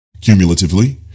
Cumulatively